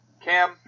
Cam